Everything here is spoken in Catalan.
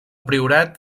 priorat